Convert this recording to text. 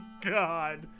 god